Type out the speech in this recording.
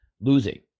losing